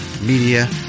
media